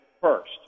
first